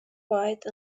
white